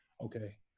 okay